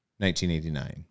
1989